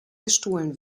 gestohlen